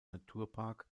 naturpark